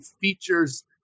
features